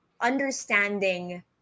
understanding